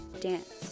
dance